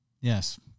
Yes